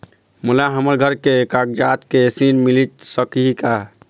मोला हमर घर के कागजात से ऋण मिल सकही का?